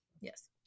yes